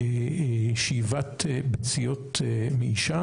שאיבת ביציות מאישה?